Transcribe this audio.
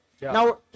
Now